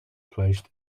placed